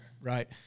Right